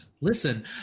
Listen